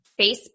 Facebook